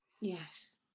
Yes